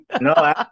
No